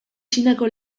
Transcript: txinako